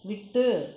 விட்டு